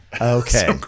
Okay